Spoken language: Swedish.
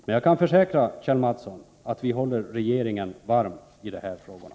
Men jag kan försäkra Kjell Mattsson att vi håller regeringen varm i de här frågorna.